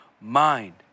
mind